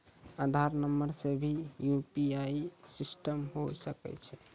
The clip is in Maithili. आधार नंबर से भी यु.पी.आई सिस्टम होय सकैय छै?